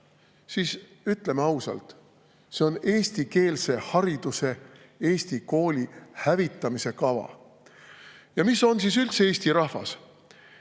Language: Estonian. siis, ütleme ausalt, see on eestikeelse hariduse, eesti kooli hävitamise kava. Mis on üldse eesti rahvas?